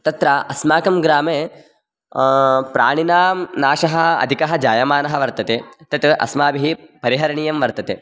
तत्र अस्माकं ग्रामे प्राणिनां नाशः अधिकः जायमानः वर्तते तत् अस्माभिः परिहरणीयं वर्तते